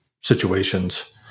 situations